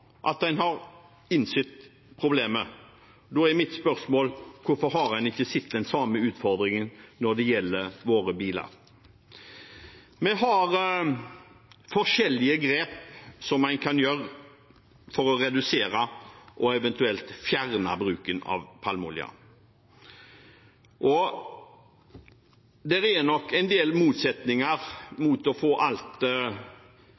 at en har innsett problemet. Da er mitt spørsmål: Hvorfor har en ikke sett den samme utfordringen når det gjelder våre biler? Det er forskjellige grep en kan ta for å redusere – og eventuelt fjerne – bruken av palmeolje. Det er nok en del motsetninger,